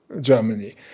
Germany